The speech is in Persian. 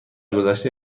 گذشته